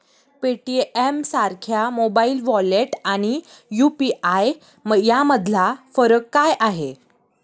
पेटीएमसारख्या mobile wallet आणि UPI यामधला फरक काय आहे?